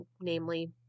namely